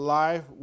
life